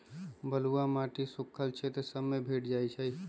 बलुआ माटी सुख्खल क्षेत्र सभ में भेंट जाइ छइ